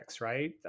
right